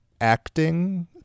acting